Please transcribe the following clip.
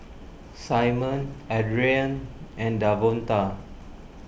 Simon Adriane and Davonta